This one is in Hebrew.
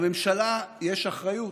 לממשלה יש אחריות.